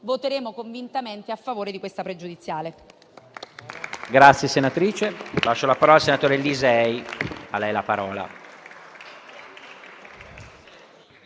voteremo convintamente a favore della questione pregiudiziale